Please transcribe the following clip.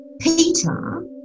Peter